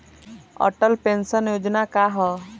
Atal pension योजना का ह?